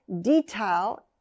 detail